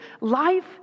life